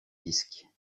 disques